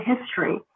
history